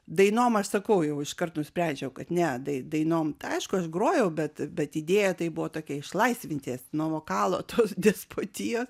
dainom aš sakau jau iškart nusprendžiau kad ne dai dainom tai aišku aš grojau bet bet idėja tai buvo tokia išlaisvint jas nuo vokalo tos despotijos